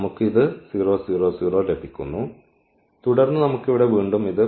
നമുക്ക് ഇത് 0 0 0 ലഭിക്കുന്നു തുടർന്ന് നമുക്ക് ഇവിടെ വീണ്ടും ഇത് 4 0 0 അവസാനം 0 0 1